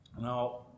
Now